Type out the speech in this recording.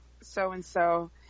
so-and-so